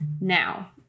Now